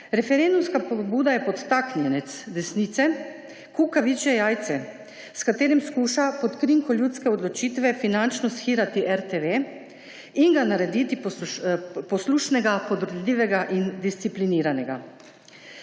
Referendumska pobuda je podtaknjenec desnice, kukavičje jajce, s katerim skuša pod krinko ljudske odločitve finančno shirati RTV in ga narediti poslušnega, podredljivega in discipliniranega.